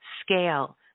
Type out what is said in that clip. scale